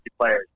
players